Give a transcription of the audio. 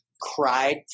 cried